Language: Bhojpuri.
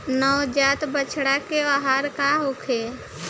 नवजात बछड़ा के आहार का होखे?